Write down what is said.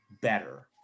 better